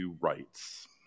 rights